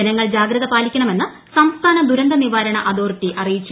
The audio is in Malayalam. ജനങ്ങൾ ജാഗ്രത പാലിക്കണമെന്ന് സംസ്ഥാന ദുരന്ത നിവാരണ അതോറിറ്റി അറിയിച്ചു